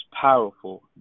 powerful